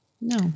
No